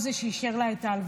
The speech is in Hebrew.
הוא זה שאישר לה את ההלוואה,